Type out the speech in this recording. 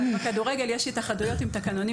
אבל בכדורגל יש את התאחדויות עם תקנונים